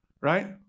right